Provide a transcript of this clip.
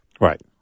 right